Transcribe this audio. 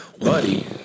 Buddy